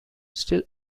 still